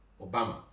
Obama